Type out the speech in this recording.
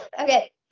okay